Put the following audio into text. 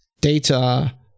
data